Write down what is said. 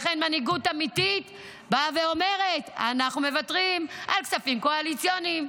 לכן מנהיגות אמיתית באה ואומרת: אנחנו מוותרים על כספים קואליציוניים.